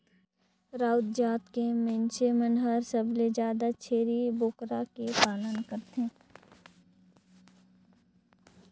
राउत जात के मइनसे मन हर सबले जादा छेरी बोकरा के पालन करथे